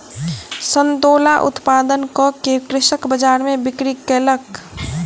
संतोला उत्पादन कअ के कृषक बजार में बिक्री कयलक